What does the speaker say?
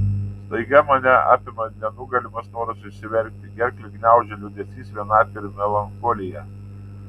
staiga mane apima nenugalimas noras išsiverkti gerklę gniaužia liūdesys vienatvė ir melancholija